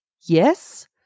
Yes